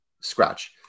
scratch